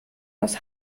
aus